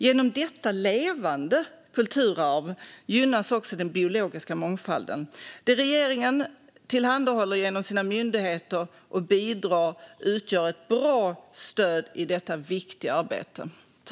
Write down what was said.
Genom detta levande kulturarv gynnas också den biologiska mångfalden. Det regeringen tillhandahåller genom sina myndigheter och bidrag utgör ett bra stöd i detta viktiga arbete.